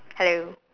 hello